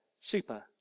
super